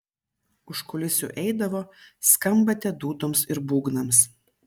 už kulisių eidavo skambate dūdoms ir būgnams